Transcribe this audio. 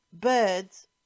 birds